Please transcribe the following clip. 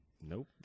Nope